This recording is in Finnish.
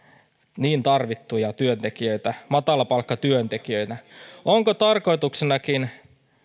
niin tarvittuja työntekijöitä matalapalkkatyöntekijöiksi onko tarkoituksenakin